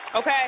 Okay